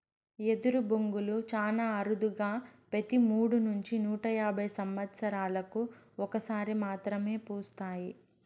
ఎదరు బొంగులు చానా అరుదుగా పెతి మూడు నుంచి నూట యాభై సమత్సరాలకు ఒక సారి మాత్రమే పూస్తాయి